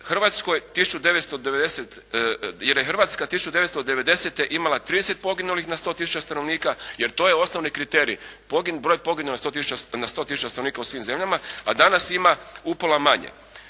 Hrvatska 1990. imala 30 poginulih na 100 tisuća stanovnika jer to je osnovni kriterij, broj poginulih na 100 tisuća stanovnika u svim zemljama a danas ima upola manje.